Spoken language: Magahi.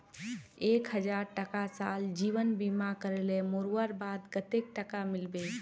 एक हजार टका साल जीवन बीमा करले मोरवार बाद कतेक टका मिलबे?